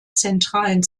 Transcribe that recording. zentralen